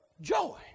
joy